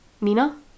Mina